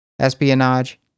espionage